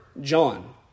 John